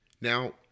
Now